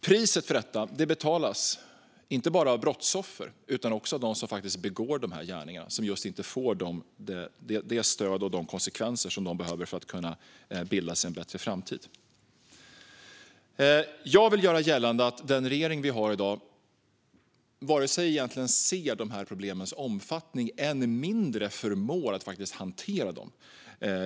Priset för detta betalas inte bara av brottsoffren utan också av dem som begår dessa gärningar och varken får det stöd eller får ta de konsekvenser de behöver för att kunna skapa sig en bättre framtid. Jag vill göra gällande att den regering vi har i dag inte ser dessa problems omfattning och än mindre förmår hantera dem.